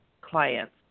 clients